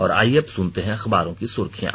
और आइये अब सुनते हैं अखबारों की सुर्खियां